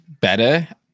better